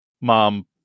mom